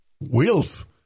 Wilf